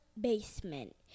basement